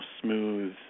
smooth